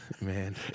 Man